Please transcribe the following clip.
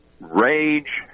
Rage